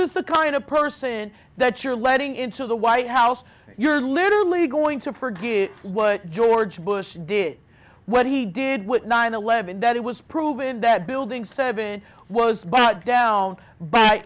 is the kind of person that you're letting into the white house you're literally going to forgive what george bush did what he did with nine eleven that it was proven that building seven was bought down by